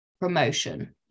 promotion